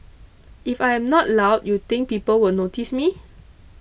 if I am not loud you think people will notice me